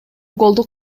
голду